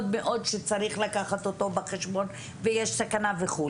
שצריך לקחת אותו בחשבון ויש סכנה וכו',